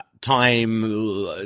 Time